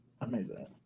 amazing